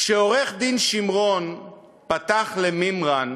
כשעורך-דין שמרון פתח למימרן,